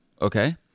Okay